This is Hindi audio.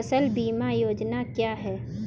फसल बीमा योजना क्या है?